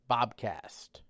Bobcast